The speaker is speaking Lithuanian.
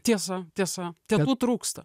tiesa tiesa tetų trūksta